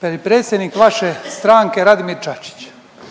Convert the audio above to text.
da bi predsjednik vaše stranke Radimir Čačić